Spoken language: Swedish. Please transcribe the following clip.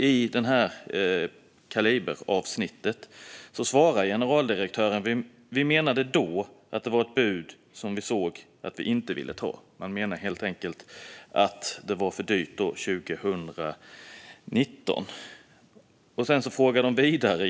I reportaget svarar generaldirektören för Svenska kraftnät att det 2019 var ett bud man inte ville ta för att det var för högt.